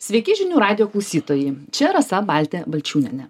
sveiki žinių radijo klausytojai čia rasa baltė balčiūnienė